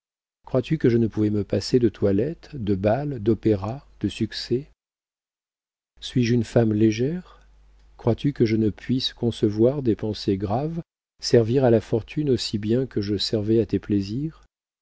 crois-tu que je ne pouvais me passer de toilette de bals d'opéra de succès suis-je une femme légère crois-tu que je ne puisse concevoir des pensées graves servir à ta fortune aussi bien que je servais à tes plaisirs